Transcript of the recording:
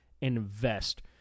invest